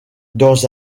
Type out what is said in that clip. dans